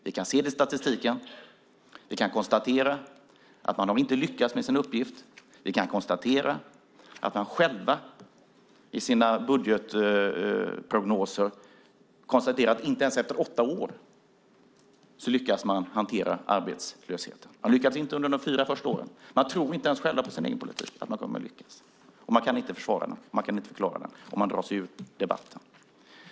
Vi kan se det i statistiken, och vi kan konstatera att man inte har lyckats med sin uppgift. Vi ser att regeringen i sina budgetprognoser själv konstaterar att den inte lyckas hantera arbetslösheten ens efter åtta år. Den lyckas inte under de fyra första åren. Man tror inte ens själv på sin egen politik, och man kan inte försvara den eller förklara den. I stället drar man sig ur debatten.